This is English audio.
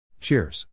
Cheers